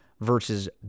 Versus